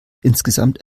insgesamt